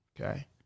Okay